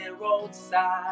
roadside